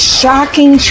shocking